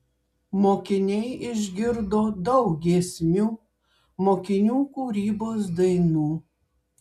mokiniai išgirdo daug giesmių mokinių kūrybos dainų